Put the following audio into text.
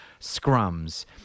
scrums